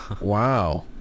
Wow